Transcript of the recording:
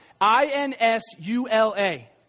I-N-S-U-L-A